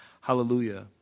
Hallelujah